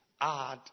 add